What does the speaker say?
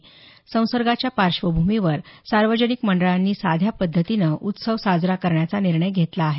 यंदा कोरोना विषाणू संसर्गाच्या पार्श्वभूमीवर सार्वजनिक मंडळांनी साध्या पद्धतीनं उत्सव साजरा करण्याचा निर्णय घेतला आहे